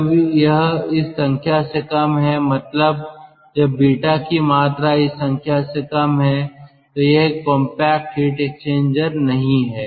जब यह इस संख्या से कम है मतलब जब β की मात्रा इस संख्या से कम है तो यह एक कॉम्पैक्ट हीट एक्सचेंजर नहीं है